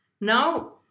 now